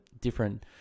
different